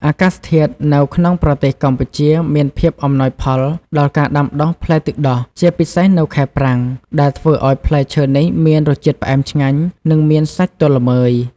អាកាសធាតុនៅក្នុងប្រទេសកម្ពុជាមានភាពអំណោយផលដល់ការដាំដុះផ្លែទឹកដោះ ជាពិសេសនៅខែប្រាំង ដែលធ្វើឲ្យផ្លែឈើនេះមានរសជាតិផ្អែមឆ្ងាញ់ និងមានសាច់ទន់ល្មើយ។